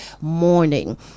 morning